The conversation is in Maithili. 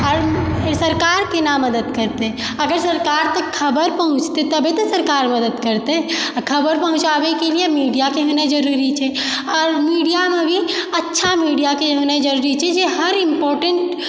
आर सरकार केना मदद करतै अगर सरकार तक खबर पहुँचतै तबे तऽ सरकार मदद करतै आ खबर पहुँचाबै के लिए मीडिया के होनाइ जरूरी छै आर मीडिया मे भी अच्छा मीडिया के होनाइ जरूरी छै जे हर इम्पोर्टेन्ट